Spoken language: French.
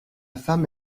femme